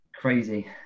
crazy